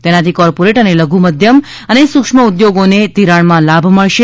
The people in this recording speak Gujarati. તેનાથી કોર્પોરેટ અને લઘુ મધ્યમ અને સુક્ષ્મ ઉદ્યોગોને ધિરાણમાં લાભ મળશે